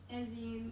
as in